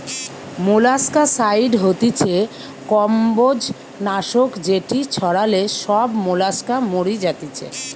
molluscicide হতিছে কম্বোজ নাশক যেটি ছড়ালে সব মোলাস্কা মরি যাতিছে